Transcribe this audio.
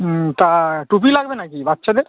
হুম তা টুপি লাগবে না কি বাচ্চাদের